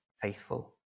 faithful